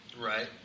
right